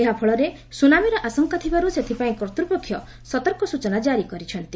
ଏହାଫଳରେ ସୁନାମୀର ଆଶଙ୍କା ଥିବାରୁ ସେଥିପାଇଁ କର୍ଭ୍ଣପକ୍ଷ ସତର୍କ ସୂଚନା କାରି କରିଛନ୍ତି